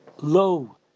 low